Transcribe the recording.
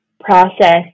process